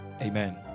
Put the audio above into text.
Amen